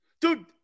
Dude